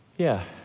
yeah.